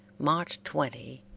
march twenty,